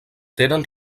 tenen